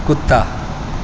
کتا